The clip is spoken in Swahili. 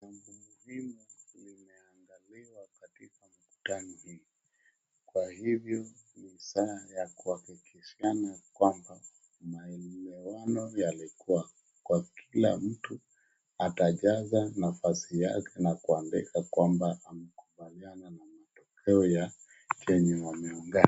Jambo muhimu limeangaliwa katika mkutano hii. Kwa hivyo ni ishara ya kuhakikishiana kwamba maelewano yalikuwa. Kwa kila mtu atajaza nafasi yake na kuandika kwamba amekubaliana na matokeo ya kenye wameongea.